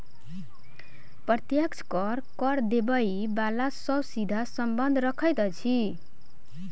प्रत्यक्ष कर, कर देबय बला सॅ सीधा संबंध रखैत अछि